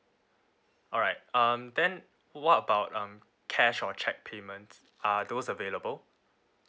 alright um then what about um cash or cheque payments are those available